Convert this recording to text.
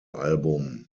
album